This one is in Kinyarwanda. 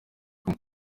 kumwe